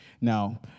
Now